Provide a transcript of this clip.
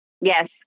Yes